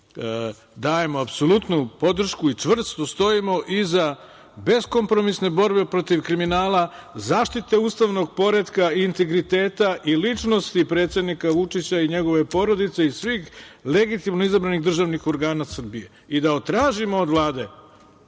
mi dajemo apsolutnu podršku i čvrsto stojimo iza beskompromisne borbe protiv kriminala, zaštite ustavnog poretka i integriteta i ličnosti predsednika Vučića i njegove porodice i svih legitimno izabranih državnih organa Srbije i tražimo od Vlade